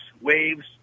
waves